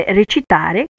recitare